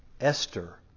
Esther